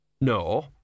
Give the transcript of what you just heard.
No